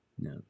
No